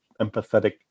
empathetic